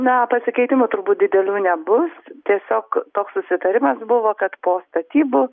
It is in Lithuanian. na pasikeitimų turbūt didelių nebus tiesiog toks susitarimas buvo kad po statybų